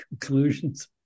conclusions